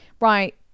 Right